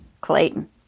Clayton